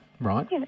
Right